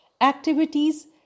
activities